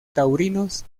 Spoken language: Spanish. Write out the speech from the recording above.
taurinos